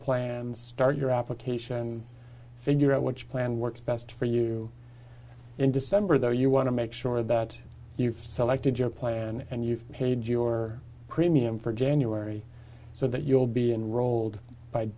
plans start your application figure out what your plan works best for you in december there you want to make sure that you've selected your plan and you've paid your premium for january so that you'll be enrolled by